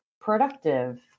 productive